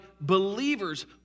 believers